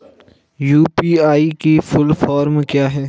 UPI की full form क्या है?